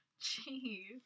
Jeez